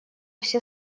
все